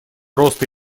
роста